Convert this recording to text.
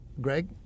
Greg